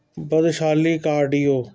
ਬਦਸ਼ਾਲੀ cardio